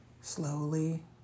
slowly